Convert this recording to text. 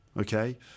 Okay